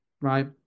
Right